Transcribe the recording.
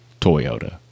Toyota